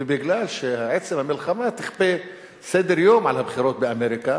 ובגלל שעצם המלחמה תכפה סדר-יום על הבחירות באמריקה,